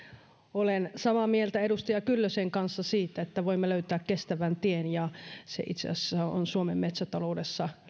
olen samaa mieltä edustaja kyllösen kanssa siitä että voimme löytää kestävän tien ja se itse asiassa on löydettykin suomen metsätaloudessa